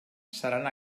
seran